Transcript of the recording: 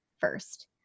first